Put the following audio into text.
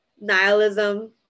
nihilism